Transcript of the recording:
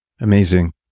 Amazing